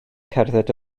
cerdded